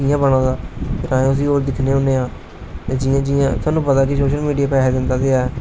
इयां बना दा फिर अस उसी और दिक्खने होन्ने आं जियां जियां स्हानू पता कि सोशल मिडिया पैसे दिंदा ते है